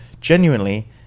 genuinely